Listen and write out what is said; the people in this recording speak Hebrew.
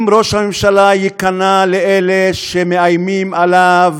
אם ראש הממשלה ייכנע לאלה שמאיימים עליו